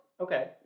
Okay